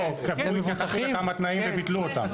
לא, --- כמה תנאים וביטלו אותם.